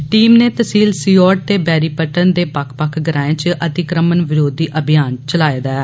team नै तहसील सीओट ते बेरीपत्तन दे बक्ख बक्ख ग्रांए च अतिकृमण विरोधी अभियान चलाए दा ऐ